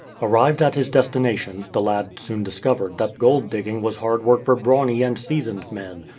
arrived at his destination, the lad soon discovered that gold digging was hard work for brawny and seasoned men,